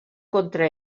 contra